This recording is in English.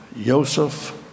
Joseph